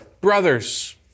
brothers